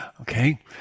Okay